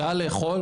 שעה לאכול,